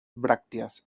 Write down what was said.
brácteas